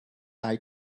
eye